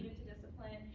to discipline.